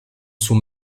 sous